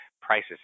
prices